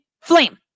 flame